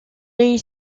est